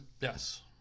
Yes